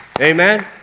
Amen